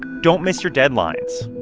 don't miss your deadlines